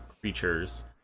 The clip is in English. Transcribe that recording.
creatures